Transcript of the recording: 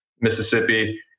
Mississippi